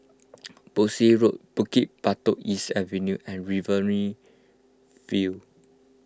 Boscombe Road Bukit Batok East Avenue and Riverina View